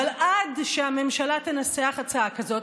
אבל עד שהממשלה תנסח הצעה כזאת,